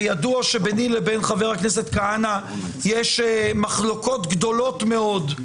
וידוע שביני לבין חבר הכנסת כהנא יש מחלוקות גדולות מאוד,